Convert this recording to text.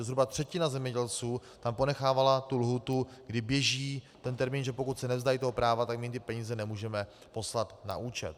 Zhruba třetina zemědělců tam ponechávala tu lhůtu, kdy běží ten termín, že pokud se nevzdají toho práva, tak my jim ty peníze nemůžeme poslat na účet.